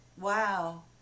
Wow